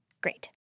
Great